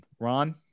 Ron